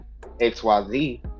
xyz